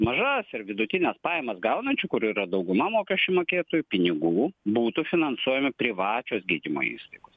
mažas ir vidutines pajamas gaunančių kurių yra dauguma mokesčių mokėtojų pinigų būtų finansuojami privačios gydymo įstaigos